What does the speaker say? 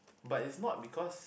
but is not because